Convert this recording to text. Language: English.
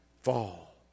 fall